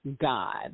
God